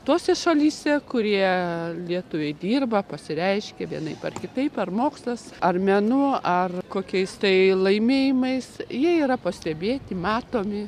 tose šalyse kurie lietuviai dirba pasireiškia vienaip ar kitaip ar mokslas ar menu ar kokiais tai laimėjimais jie yra pastebėti matomi